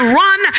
run